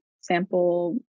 sample